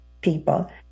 people